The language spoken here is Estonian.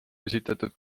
esitatud